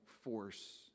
force